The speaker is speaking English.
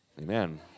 Amen